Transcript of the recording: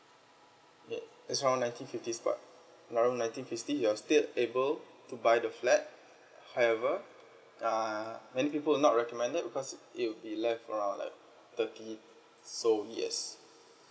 yeah it's around nineteen fifties but around nineteen fifties you're still able to buy the flat however uh many people are not recommended because it will be left around like thirty so yes